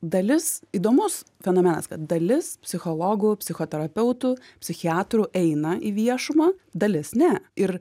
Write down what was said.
dalis įdomus fenomenas kad dalis psichologų psichoterapeutų psichiatrų eina į viešumą dalis ne ir